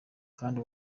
kandi